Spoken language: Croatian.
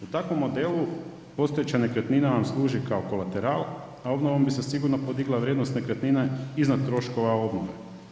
U takovom modelu postojeća nekretnina vam služi kao kolateral, a obnovom bi se sigurno podigla vrijednost nekretnine iznad troškova obnove.